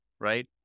right